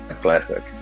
classic